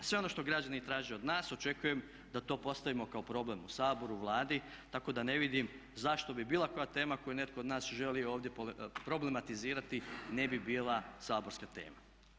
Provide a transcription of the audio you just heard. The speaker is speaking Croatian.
Sve ono što građani traže od nas očekujem da to postavimo kao problem u Saboru, u Vladi, tako da ne vidim zašto bi bilo koja tema koju netko od nas želi ovdje problematizirati ne bi bila saborska tema.